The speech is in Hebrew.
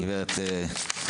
תודה, גברת מרקס.